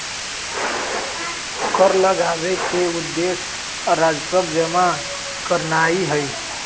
कर लगाबेके उद्देश्य राजस्व जमा करनाइ हइ